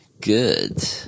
good